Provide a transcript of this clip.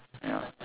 ya